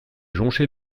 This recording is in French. jonchée